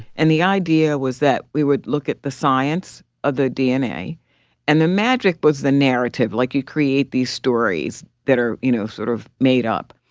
and the idea was that we would look at the science of the dna and the magic was the narrative. like, you create these stories that are, you know, sort of made up.